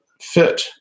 fit